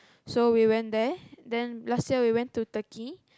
so we went there then last year we went to Turkey